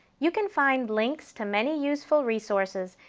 you can find links to many useful resources,